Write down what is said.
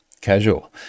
casual